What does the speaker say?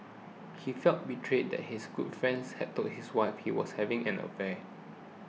he felt betrayed that his good friends had told his wife he was having an affair